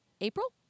April